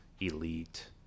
elite